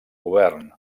govern